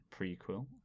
prequel